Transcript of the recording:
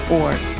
org